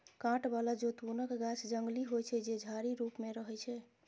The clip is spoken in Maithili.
कांट बला जैतूनक गाछ जंगली होइ छै, जे झाड़ी रूप मे रहै छै